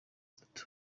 itatu